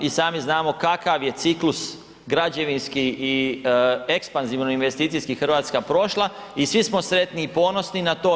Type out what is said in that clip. I sami znamo kakav je ciklus građevinski i ekspanzivno investicijski Hrvatska prošla i svi smo sretni i ponosni na to.